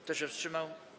Kto się wstrzymał?